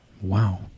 Wow